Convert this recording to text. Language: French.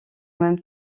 même